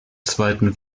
zweiten